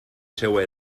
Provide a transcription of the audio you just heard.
seua